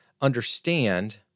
understand